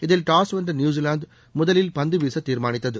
இதில் டாஸ் வென்ற நியூஸிலாந்து முதலில் பந்து வீச தீர்மானித்தது